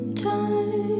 time